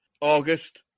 August